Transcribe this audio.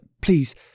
Please